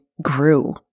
grew